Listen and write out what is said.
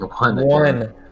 One